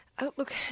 Look